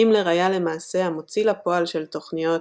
הימלר היה למעשה המוציא לפועל של תוכניות